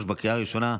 2023, לקריאה ראשונה.